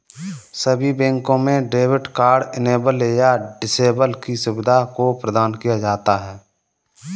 सभी बैंकों में डेबिट कार्ड इनेबल या डिसेबल की सुविधा को प्रदान किया जाता है